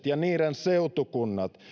ja niiden seutukuntien